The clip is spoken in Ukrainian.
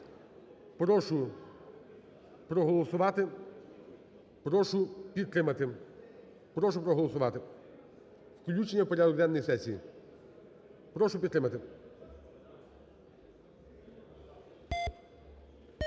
Прошу проголосувати, прошу підтримати. Прошу проголосувати включення в порядок денний сесії. Прошу підтримати.